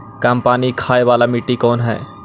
कम पानी खाय वाला मिट्टी कौन हइ?